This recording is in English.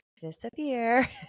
disappear